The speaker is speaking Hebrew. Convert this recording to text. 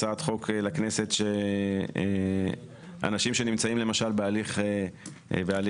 הצעת חוק שאנשים שנמצאים למשל בהליך מדורג,